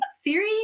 Siri